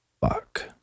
Fuck